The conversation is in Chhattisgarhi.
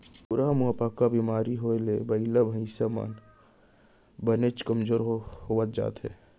खुरहा मुहंपका बेमारी होए ले बइला भईंसा मन बनेच कमजोर होवत जाथें